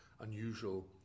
unusual